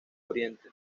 oriente